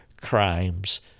crimes